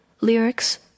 lyrics